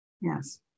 Yes